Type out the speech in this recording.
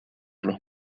los